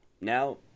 now